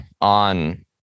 on